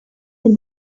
had